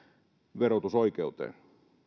verotusoikeuteen